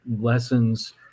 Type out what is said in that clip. lessons